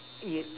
y~